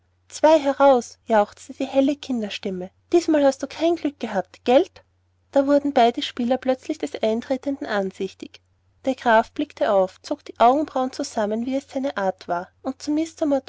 zwei heraus jauchzte die helle kinderstimme diesmal hast du kein glück gehabt gelt da wurden beide spieler plötzlich des eintretenden ansichtig der graf blickte auf zog die augenbrauen zusammen wie es seine art war und zu